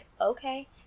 okay